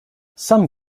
some